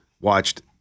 watched